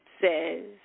says